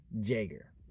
Jager